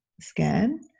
scan